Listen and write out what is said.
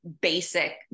basic